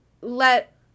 let